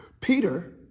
Peter